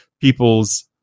people's